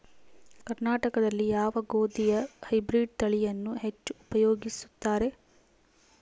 ಕರ್ನಾಟಕದಲ್ಲಿ ಯಾವ ಗೋಧಿಯ ಹೈಬ್ರಿಡ್ ತಳಿಯನ್ನು ಹೆಚ್ಚು ಉಪಯೋಗಿಸುತ್ತಾರೆ?